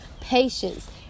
patience